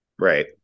Right